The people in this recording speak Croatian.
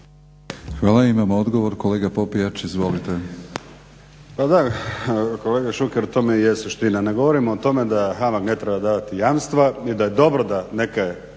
Hvala. Imamo odgovor, kolega Popijač izvolite. **Popijač, Đuro (HDZ)** Pa da, kolega Šuker, u tome i jest suština. Ne govorimo o tome da HAMAG ne treba davati jamstva i da je dobro da neke